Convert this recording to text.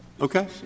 Okay